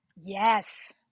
Yes